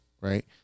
right